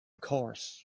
course